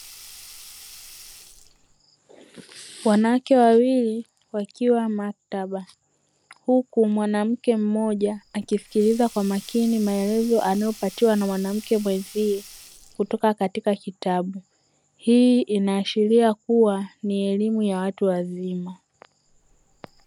Wanawake wawili wakiwa maktaba, huku mwanamke mmoja akisikiliza kwa makini maelezo anayopatiwa na mwanamke mwenzie kutoka katika kitabu. Hii inaashiria kuwa ni elimu ya watu wazima.